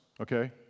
Okay